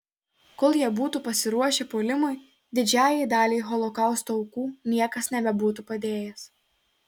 kol jie būtų pasiruošę puolimui didžiajai daliai holokausto aukų niekas nebebūtų padėjęs